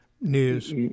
news